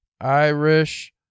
Irish